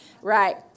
right